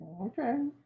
Okay